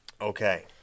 Okay